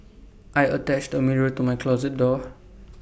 I attached A mirror to my closet door